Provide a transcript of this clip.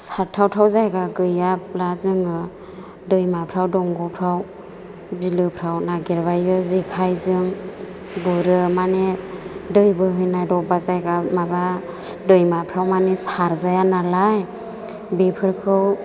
सारथावथाव जायगा गैयाब्ला जोङो दैमाफोराव दंग'फोराव बिलोफोराव नागिरबायो जेखायजों गुरो माने दै बोहैनाय दबा जायगा माबा दैमाफोराव माने सारजाया नालाय बेफोरखौ